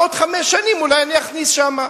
בעוד חמש שנים אולי אני אכניס לשם.